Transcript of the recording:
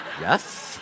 Yes